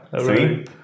three